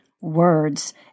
words